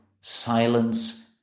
silence